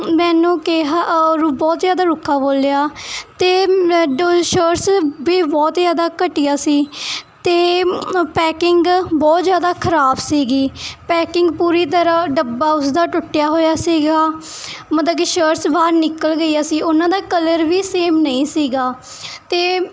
ਮੈਨੂੰ ਕਿਹਾ ਔਰ ਬਹੁਤ ਜ਼ਿਆਦਾ ਰੁੱਖਾ ਬੋਲਿਆ ਅਤੇ ਸ਼ਰਟਸ ਵੀ ਬਹੁਤ ਜ਼ਿਆਦਾ ਘਟੀਆ ਸੀ ਅਤੇ ਪੈਕਿੰਗ ਬਹੁਤ ਜ਼ਿਆਦਾ ਖਰਾਬ ਸੀਗੀ ਪੈਕਿੰਗ ਪੂਰੀ ਤਰ੍ਹਾ ਡੱਬਾ ਉਸਦਾ ਟੁੱਟਿਆ ਹੋਇਆ ਸੀਗਾ ਮਤਲਬ ਕਿ ਸ਼ਰਟਸ ਬਾਹਰ ਨਿਕਲ ਗਈਆਂ ਸੀ ਉਹਨਾਂ ਦਾ ਕਲਰ ਵੀ ਸੇਮ ਨਹੀਂ ਸੀਗਾ ਅਤੇ